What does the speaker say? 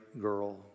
girl